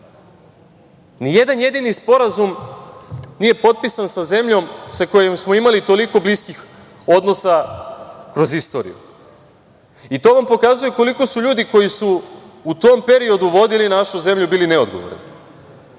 Nijedan jedini sporazum nije potpisan sa zemljom sa kojom smo imali toliko bliskih odnosa kroz istoriju. To vam pokazuje koliko su ljudi koji su u tom periodu, a koji su vodili našu zemlju bili neodgovorni.